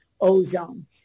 Ozone